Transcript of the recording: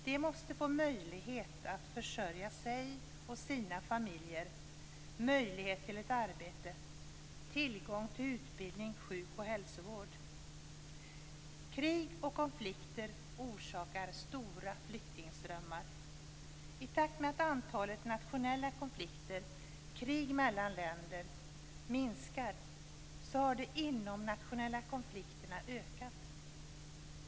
De måste få möjlighet att försörja sig och sina familjer, möjlighet till ett arbete, tillgång till utbildning, sjuk och hälsovård. Krig och konflikter orsakar stora flyktingströmmar. I takt med att antalet nationella konflikter och krig mellan länder minskat har de inomnationella konflikterna ökat.